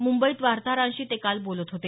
मुंबईत वार्ताहरांशी ते बोलत होते